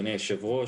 אדוני היושב-ראש,